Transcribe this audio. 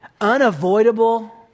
unavoidable